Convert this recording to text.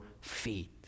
feet